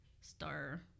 Star